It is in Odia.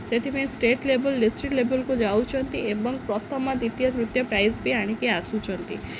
ସେଥିପାଇଁ ଷ୍ଟେଟ୍ ଲେବୁଲ୍ ଡିଷ୍ଟ୍ରିକ୍ଟ୍ ଲେବୁଲ୍କୁ ଯାଉଛନ୍ତି ଏବଂ ପ୍ରଥମ ଦ୍ୱତୀୟ ନୃତ୍ୟ ପ୍ରାଇଜ୍ ବି ଆଣିକି ଆସୁଛନ୍ତି